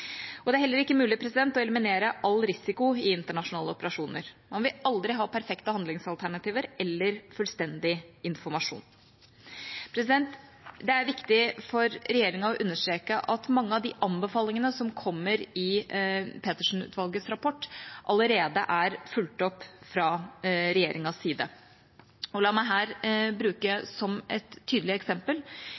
spørsmålene. Det er heller ikke mulig å eliminere all risiko i internasjonale operasjoner. Man vil aldri ha perfekte handlingsalternativer eller fullstendig informasjon. Det er viktig for regjeringa å understreke at mange av de anbefalingene som kommer i Petersen-utvalgets rapport, allerede er fulgt opp fra regjeringas side. La meg her bruke som et tydelig eksempel: